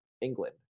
England